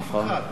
אף אחד.